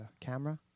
camera